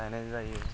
गायनाय जायो